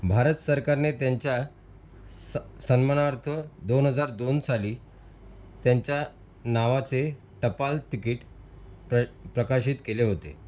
भारत सरकारने त्यांच्या सन्मानार्थ दोन हजार दोन साली त्यांच्या नावाचे टपाल तिकिट प्र प्रकाशित केले होते